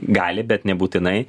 gali bet nebūtinai